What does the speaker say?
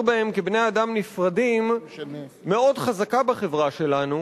בהם כבני-אדם נפרדים מאוד חזקים בחברה שלנו,